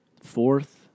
fourth